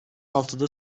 altıda